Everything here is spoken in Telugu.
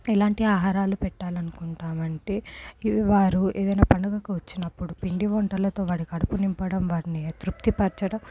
ఎలాంటి ఆహారాలు పెట్టాలనుకుంటాము అంటే ఇవి వారు ఏదైనా పండగకు వచ్చినప్పుడు పిండి వంటలతో వారి కడుపు నింపడంతో వారిని తృప్తి పరచడం